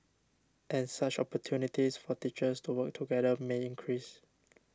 and such opportunities for teachers to work together may increase